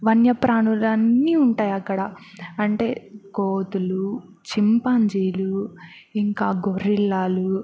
వన్యప్రాణులన్నీ ఉంటాయి అక్కడ అంటే కోతులు చింపాంజీలు ఇంకా గొరెలాలు